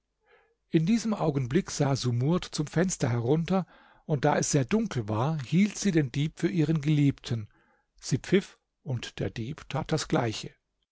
in diesem augenblick sah sumurd zum fenster herunter und da es sehr dunkel war hielt sie den dieb für ihren geliebten sie pfiff und der dieb tat das gleiche